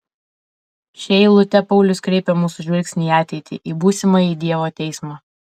šia eilute paulius kreipia mūsų žvilgsnį į ateitį į būsimąjį dievo teismą